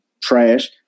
trash